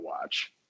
watch